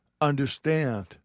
understand